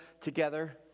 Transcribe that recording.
together